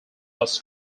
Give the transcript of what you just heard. was